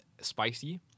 spicy